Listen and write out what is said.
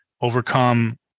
overcome